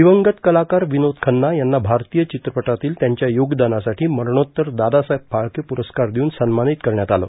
दिवंगत कलाकार विनोद खन्ना यांना भारतीय चित्रपटातील त्यांच्या योगदानासाठी मरणोत्तर दादासाहेब फाळके पुरस्कार देऊन सन्मानित करण्यात आलं